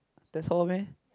that's all meh